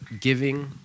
giving